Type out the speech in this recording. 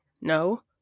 no